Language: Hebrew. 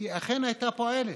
היא אכן הייתה פועלת,